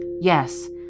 Yes